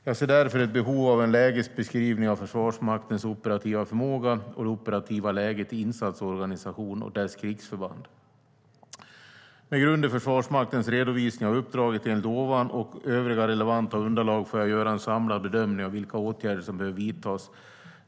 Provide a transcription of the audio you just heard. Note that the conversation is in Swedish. Jag ser därför ett behov av en lägesbeskrivning av Försvarsmaktens operativa förmåga och det operativa läget i insatsorganisationen och dess krigsförband. Med grund i Försvarsmaktens redovisning av uppdraget enligt ovan och övriga relevanta underlag får jag göra en samlad bedömning av vilka åtgärder som behöver vidtas.